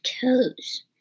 toes